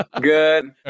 Good